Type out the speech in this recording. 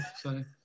Sorry